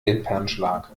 wimpernschlag